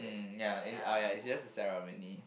mm ya it ah ya it's just a ceremony